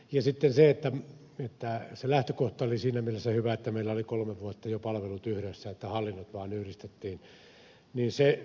ja sitten se lähtökohta oli siinä mielessä hyvä että meillä oli kolme vuotta jo palvelut olleet yhdessä ja hallinnot vain yhdistettiin